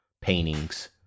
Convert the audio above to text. paintings